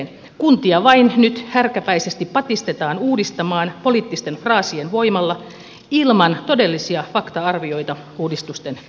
kuntia vain nyt härkäpäisesti patistetaan uudistamaan poliittisten fraasien voimalla ilman todellisia fakta arvioita uudistusten seurauksista